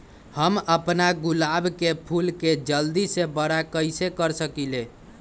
हम अपना गुलाब के फूल के जल्दी से बारा कईसे कर सकिंले?